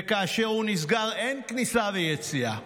וכאשר הוא נסגר, אין כניסה ויציאה.